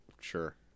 Sure